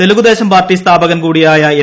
Telugu Desam party സ്ഥാപകൻ കൂടിയായ N